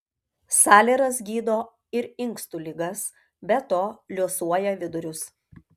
salieras gydo ir inkstų ligas be to liuosuoja vidurius